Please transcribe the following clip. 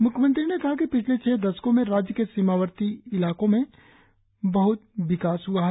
मुख्यमंत्री ने कहा कि पिछले छह दशकों में राज्य के सीमावर्ती में इलाकों का बहत विकास हुआ है